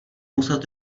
muset